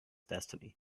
destiny